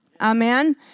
amen